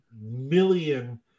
million